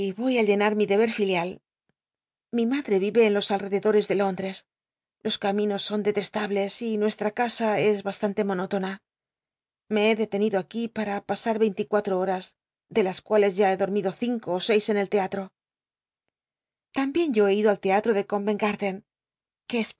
í llena mi deber ntia l mi madre vire en jos alredc lores de londres los caminos son detestables y nuestl'a casa es bastan te monótona ile be detenido aquí pal'a pasar veinte y cualt'o horas de las cuales ya he dormido cinco ó seis en el tcatrj tambien yo he ido al teatro de corenl gar den